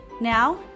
Now